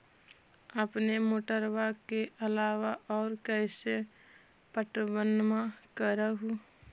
अपने मोटरबा के अलाबा और कैसे पट्टनमा कर हू?